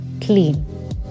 clean